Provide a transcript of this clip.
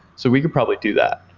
so we could probably do that,